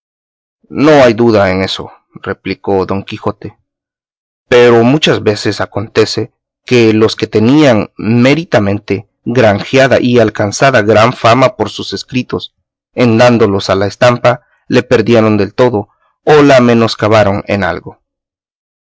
no hay duda en eso replicó don quijote pero muchas veces acontece que los que tenían méritamente granjeada y alcanzada gran fama por sus escritos en dándolos a la estampa la perdieron del todo o la menoscabaron en algo